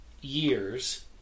years